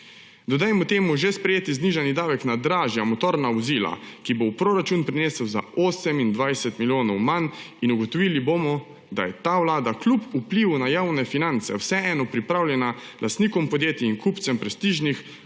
Dodajmo temu že sprejet znižan davek na dražja motorna vozila, ki bo v proračun prinesel za 28 milijonov manj, in ugotovili bomo, da je ta vlada, kljub vplivu na javne finance vseeno pripravljena lastnikom podjetij in kupcem prestižnih